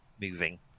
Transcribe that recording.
moving